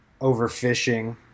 overfishing